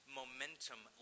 momentum